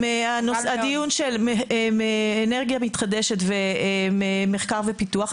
ממש חבל, הדיון של אנרגיה מתחדשת ומחקר ופיתוח.